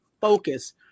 focus